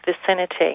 vicinity